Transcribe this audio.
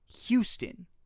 Houston